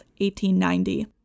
1890